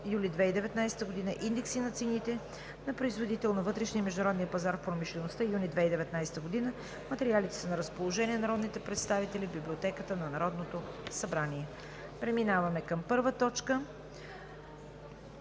юли 2019 г.; индекси на цените на производител на вътрешния и международния пазар в промишлеността – юни 2019 г. Материалите са на разположение на народните представители в Библиотеката на Народното събрание. Преминаваме към първа точка: